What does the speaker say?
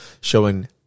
showing